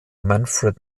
manfred